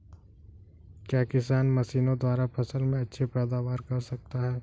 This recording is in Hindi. क्या किसान मशीनों द्वारा फसल में अच्छी पैदावार कर सकता है?